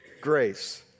grace